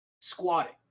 squatting